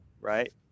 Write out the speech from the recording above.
right